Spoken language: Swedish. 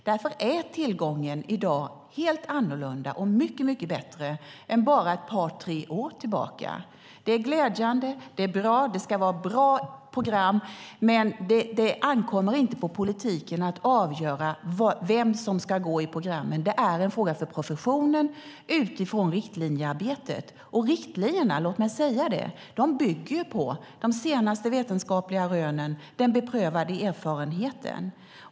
Därför är tillgången i dag helt annorlunda och mycket bättre än för bara ett par tre år sedan. Det är glädjande. Det ska vara bra program. Men det ankommer inte på politiken att avgöra vem som ska gå i programmen. Det är en fråga för professionen utifrån riktlinjearbetet. Och riktlinjerna - låt mig säga det - bygger på de senaste vetenskapliga rönen, den beprövade erfarenheten.